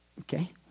okay